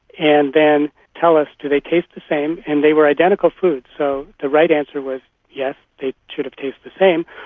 and then tell us, do they taste the same? and they were identical foods, so the right answer was yes, they should have tasted the same.